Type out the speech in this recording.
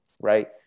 right